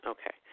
Okay